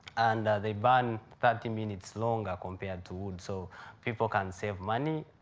and they burn thirty minutes longer compared to wood, so people can save money.